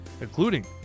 including